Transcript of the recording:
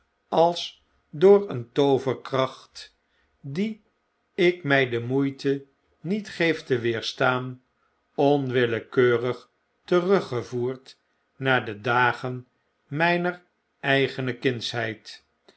als door een tooverkracht die ik mij de moeite niet geef te weerstaan onwillekeurig teruggevoerd naar de dagen myner eigene kindsheid